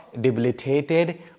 debilitated